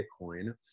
Bitcoin